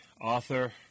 author